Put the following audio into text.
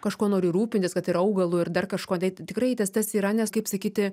kažkuo noriu rūpintis kad ir augalu ir dar kažkuo tai tikrai tas tas yra nes kaip sakyti